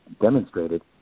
demonstrated